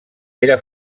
era